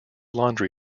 laundry